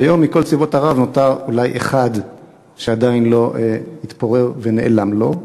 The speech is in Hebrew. שהיום מכל צבאות ערב נותר אולי אחד שעדיין לא התפורר ונעלם לו,